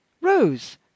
Rose